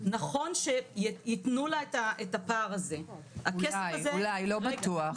נכון שייתנו לה את הפער הזה --- אולי, לא בטוח.